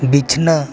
ᱵᱤᱪᱷᱱᱟᱹ